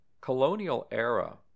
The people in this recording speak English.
Colonial-era